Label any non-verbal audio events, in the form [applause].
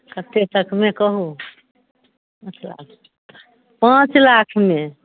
कतेक तकमे कहू [unintelligible] पाँच लाखमे